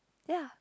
ya